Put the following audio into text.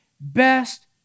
best